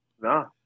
No